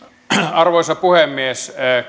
arvoisa puhemies